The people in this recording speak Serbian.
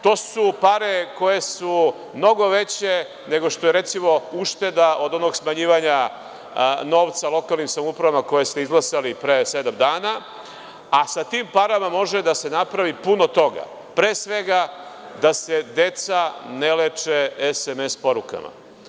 To su pare koje su mnogo veće nego što je, recimo, ušteda od onog smanjivanja novca lokalnim samoupravama koje ste izglasali pre sedam dana, a sa tim parama može da se napravi puno toga, pre svega, da se deca ne leče sms porukama.